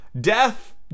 Death